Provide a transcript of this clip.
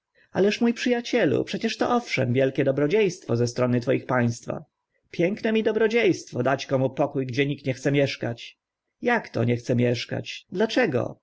ależ mó przy acielu przecież to owszem wielkie dobrodzie stwo ze strony twoich państwa piękne mi dobrodzie stwo dać komu pokó gdzie nikt nie chce mieszkać jak to nie chce mieszkać dlaczego